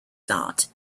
thought